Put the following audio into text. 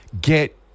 get